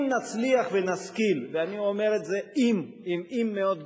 אם נצליח ונשכיל, ואני אומר אם, אם מאוד גדול,